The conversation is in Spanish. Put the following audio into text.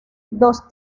dos